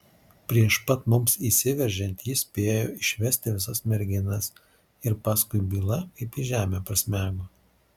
prieš pat mums įsiveržiant jis spėjo išvesti visas merginas ir paskui byla kaip į žemę prasmego